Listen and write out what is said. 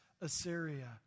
Assyria